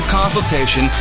consultation